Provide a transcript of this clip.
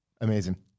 Amazing